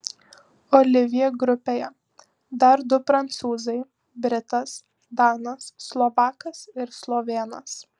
olivjė grupėje dar du prancūzai britas danas slovakas ir slovėnas